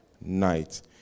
night